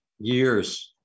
years